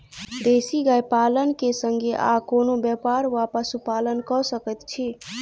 देसी गाय पालन केँ संगे आ कोनों व्यापार वा पशुपालन कऽ सकैत छी?